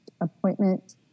appointment